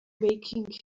making